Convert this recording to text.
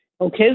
Okay